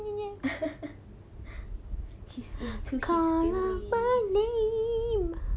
he is into his feelings